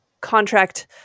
contract